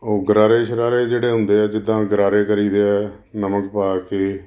ਉਹ ਗਰਾਰੇ ਸ਼ਰਾਰੇ ਜਿਹੜੇ ਹੁੰਦੇ ਆ ਜਿੱਦਾਂ ਗਰਾਰੇ ਕਰੀਦੇ ਆ ਨਮਕ ਪਾ ਕੇ